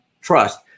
trust